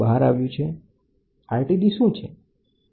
RTD શું છે